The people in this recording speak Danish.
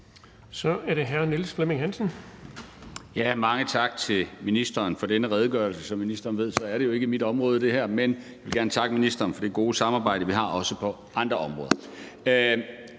Hansen. Kl. 18:12 Niels Flemming Hansen (KF): Mange tak til ministeren for denne redegørelse. Som ministeren ved, er det her ikke mit område, men jeg vil gerne takke ministeren for det gode samarbejde, vi har, også på andre områder.